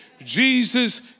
Jesus